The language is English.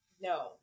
No